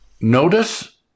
Notice